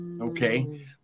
Okay